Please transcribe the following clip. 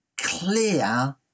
clear